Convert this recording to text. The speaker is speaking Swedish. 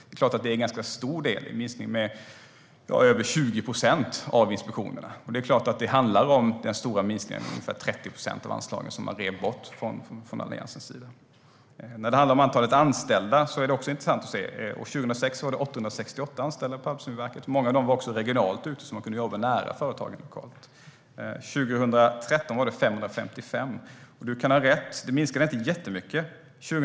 Det är en stor minskning, över 20 procent, av inspektionerna. Det beror på den stora minskningen av anslagen, ungefär 30 procent, som gjordes av Alliansen. Det är också intressant att titta på antalet anställda. År 2006 fanns 868 anställda på Arbetsmiljöverket. Många fanns också regionalt så att de kunde arbeta nära företagen. År 2013 fanns 555 anställda. Erik Andersson har rätt i att antalet inte minskade mycket.